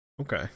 Okay